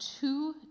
two